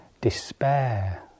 despair